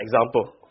example